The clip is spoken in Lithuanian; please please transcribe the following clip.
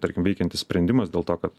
tarkim veikiantis sprendimas dėl to kad